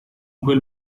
quel